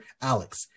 Alex